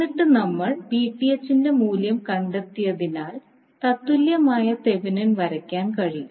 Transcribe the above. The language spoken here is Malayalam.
എന്നിട്ട് നമ്മൾ Vth ന്റെ മൂല്യം കണ്ടെത്തിയതിനാൽ തത്തുല്യമായ തെവെനിൻ വരയ്ക്കാൻ കഴിയും